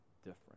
different